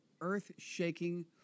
earth-shaking